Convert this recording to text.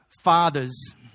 fathers